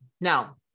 Now